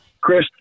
Chris